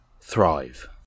Thrive